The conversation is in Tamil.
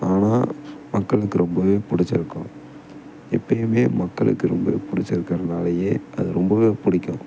ஆனால் மக்களுக்கு ரொம்பவே பிடிச்சிருக்கும் இப்பையுமே மக்களுக்கு ரொம்பவே பிடிச்சிருக்குறதுனாலயே அது ரொம்பவே பிடிக்கும்